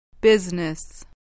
Business